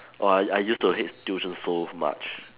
oh I I used to hate tuition so much